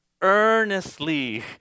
earnestly